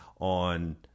on